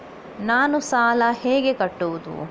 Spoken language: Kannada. ನಾನು ಸಾಲ ಹೇಗೆ ಕಟ್ಟುವುದು?